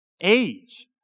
age